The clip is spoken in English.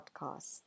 Podcast